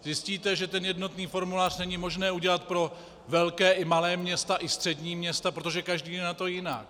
Zjistíte, že ten jednotný formulář není možné udělat pro velká i malá města i střední města, protože každé je na tom jinak.